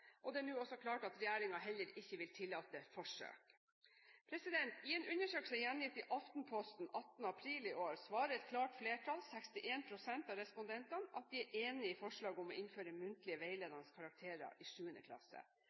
Det er nå også klart at regjeringen heller ikke vil tillate forsøk. I en undersøkelse gjengitt i Aftenposten 18. april i år svarer et klart flertall, 61 pst. av respondentene, at de er enig i forslaget om å innføre muntlige, veiledende karakterer i 7. klasse.